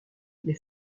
les